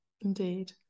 Indeed